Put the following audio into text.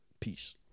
peace